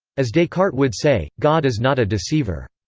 as descartes would say, god is not a deceiver.